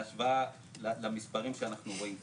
בהשוואה למספרים שאנחנו רואים פה,